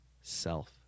self